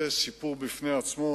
זה סיפור בפני עצמו,